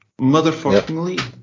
motherfuckingly